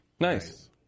Nice